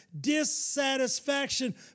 dissatisfaction